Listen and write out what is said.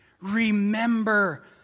remember